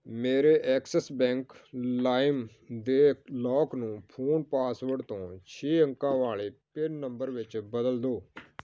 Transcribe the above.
ਮੇਰੇ Axis bank ਲਾਇਮ ਦੇ ਲੌਕ ਨੂੰ ਫੋਨ ਪਾਸਵਰਡ ਤੋਂ ਛੇ ਅੰਕਾਂ ਵਾਲੇ ਪਿੰਨ ਨੰਬਰ ਵਿੱਚ ਬਦਲ ਦਿਉ